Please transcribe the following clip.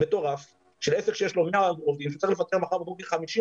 מטורף של עסק שיש לו 100 עובדים שהוא צריך לפטר מחר בבוקר 50 אנשים,